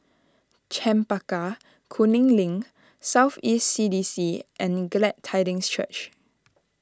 Chempaka Kuning Link South East C D C and Glad Tidings Church